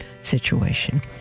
situation